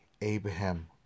Abraham